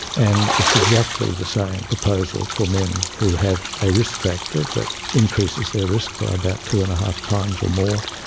and it's exactly the same proposal for men who have a risk factor that increases their risk by about two and a half times or more,